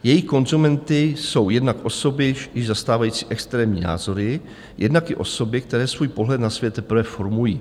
Jejich konzumenty jsou jednak osoby již zastávající extrémní názory, jednak i osoby, které svůj pohled na svět teprve formují.